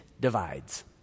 divides